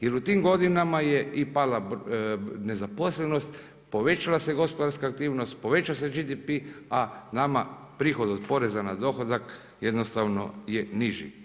Jer u tim godinama je i pala nezaposlenost, povećala se gospodarska aktivnost, povećao se GDP a nama prihod od poreza na dohodak jednostavno je niži.